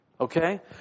Okay